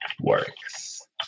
works